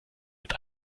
mit